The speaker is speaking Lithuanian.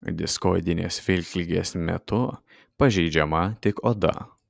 diskoidinės vilkligės metu pažeidžiama tik oda